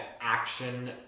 action